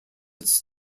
its